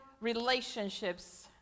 relationships